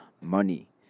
money